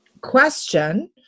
question